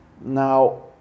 Now